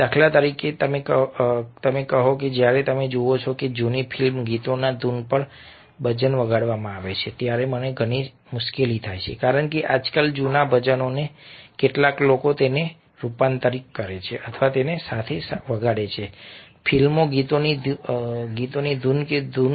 દાખલા તરીકે કહો કે જ્યારે તમે જુઓ છો કે જૂના ફિલ્મી ગીતોની ધૂન પર બજન વગાડવામાં આવે છે ત્યારે મને ઘણી મુશ્કેલી થાય છે કારણ કે આજકાલ જૂના ભજનોને કેટલાક લોકો તેને રૂપાંતરિત કરે છે અથવા તેની સાથે વગાડે છે ફિલ્મી ગીતોની ધૂન કે ધૂન